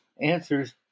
answers